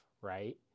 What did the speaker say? right